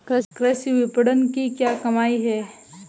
कृषि विपणन की क्या कमियाँ हैं?